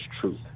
truth